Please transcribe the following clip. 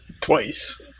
Twice